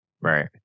Right